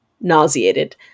nauseated